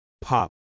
pop